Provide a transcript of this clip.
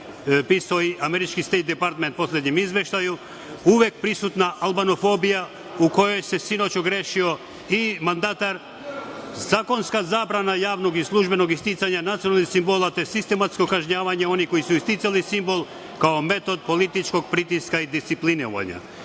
pisao i američki „Stejt department“ u poslednjem izveštaju, uvek prisutna albanofobija, u kojoj se sinoć ogrešio i mandatar, zakonska zabrana javnog i službenog isticanja nacionalnih simbola, te sistematskog kažnjavanja onih koji su isticali simbol kao metod političkog pritiska i discipline.U odnosu